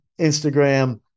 Instagram